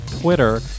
Twitter